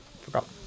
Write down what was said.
forgot